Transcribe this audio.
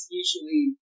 usually